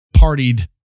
partied